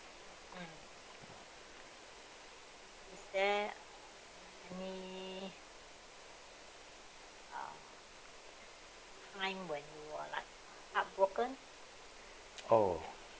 oh